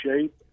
shape